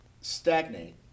stagnate